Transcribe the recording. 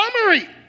Summary